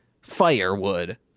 firewood